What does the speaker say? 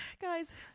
guys